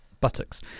buttocks